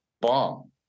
bomb